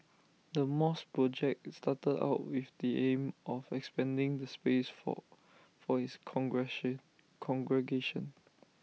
the mosque project started out with the aim of expanding the space for for its congregation